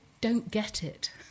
don't-get-it